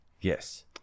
Yes